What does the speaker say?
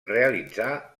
realitzà